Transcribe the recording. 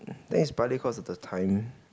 think it's partly cause of the time